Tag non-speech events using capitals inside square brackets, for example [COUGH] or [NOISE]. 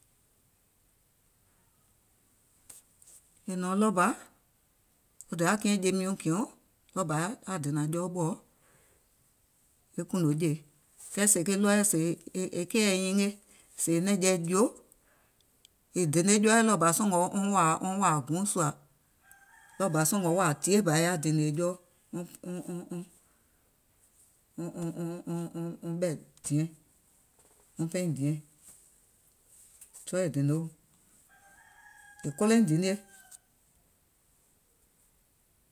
Mìŋ nɔ̀ɔŋ ɗɔɔ bȧ wo Dayà kiɛ̀ŋ jeim nyuùŋ kìɛɔ̀ŋ, ɗɔɔ bà ka dènȧŋ jɔɔ ɓɔ̀ɔ wèè e kùùnò jèe, kɛɛ sèè ke ɗɔɔɛ̀ sèè e keìɛ nyinge sèè nɛ̀ŋjeɛ̀ juo, mìŋ dene jɔɔɛ̀ sɔ̀ngɔ̀ wɔŋ wàà wɔŋ wàà guùŋ sùȧ, ɗɔɔ bȧ sɔ̀ngɔ̀ wàà tìyèe bà è yaà dìnìè jɔɔ [UNINTELLIGIBLE] wɔŋ ɓɛ̀ diɛŋ, wɔŋ pɛìŋ diɛŋ, [UNINTELLIGIBLE] [NOISE] è kòloìŋ dinie.